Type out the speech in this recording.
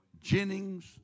Jennings